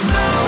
no